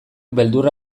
beldurra